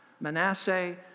Manasseh